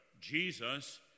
Jesus